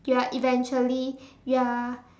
you are eventually you are